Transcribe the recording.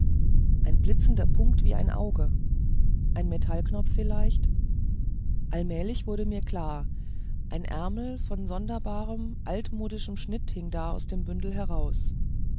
ein blitzender punkt wie ein auge ein metallknopf vielleicht allmählich wurde mir klar ein ärmel von sonderbarem altmodischem schnitt hing da aus dem bündel heraus